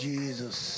Jesus